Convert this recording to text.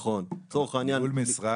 נכון, מזכירות.